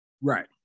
Right